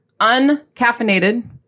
uncaffeinated